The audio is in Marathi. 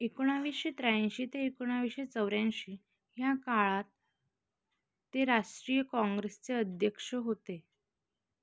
एकोणाविसशे त्र्याऐंशी ते एकोणाविसशे चौऱ्याऐंशी ह्या काळात ते राष्ट्रीय काँग्रेसचे अध्य्यक्ष होते